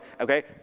okay